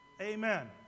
Amen